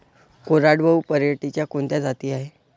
कोरडवाहू पराटीच्या कोनच्या जाती हाये?